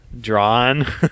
Drawn